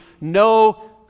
no